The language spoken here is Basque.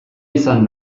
izan